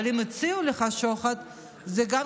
אבל אם הציעו לך שוחד,